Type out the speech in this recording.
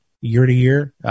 year-to-year